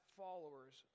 followers